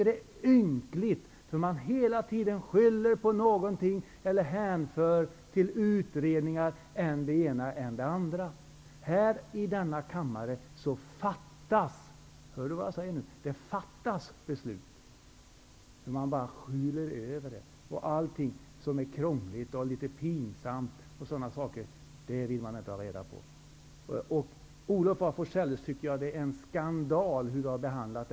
Det är ynkligt att hela tiden skylla på något eller att hänvisa till utredningar. Här i denna kammare -- hör nu vad jag säger -- fattas beslut. Man skyler över allt det som är krångligt och litet pinsamt. Det vill man inte ha reda på. Det är en skandal hur Olof af Forselles har behandlats.